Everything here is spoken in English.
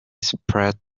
spread